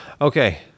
Okay